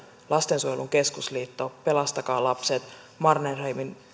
lastensuojelun keskusliitto pelastakaa lapset mannerheimin